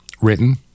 written